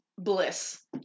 Bliss